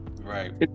right